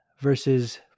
versus